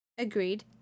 Agreed